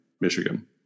Michigan